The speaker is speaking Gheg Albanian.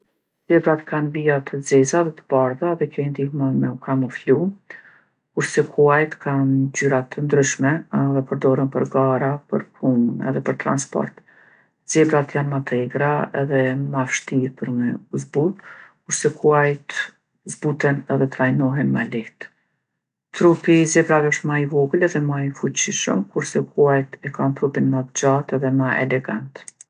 Zebrat kanë vija të zeza dhe të bardha dhe kjo i ndihmon me u kamuflu, kurse kuajt kanë ngjyra të ndryshme edhe përdoren për gara, për punë edhe për transport. Zebrat janë më t'egra edhe ma vshtirë për me u zbut, kurse kuajt zbuten edhe trajnohen ma lehtë. Trupi i zebrave osht ma i vogël edhe ma i fuqishëm, kurse kuajt e kanë trupin ma t'gjatë edhe ma elegant.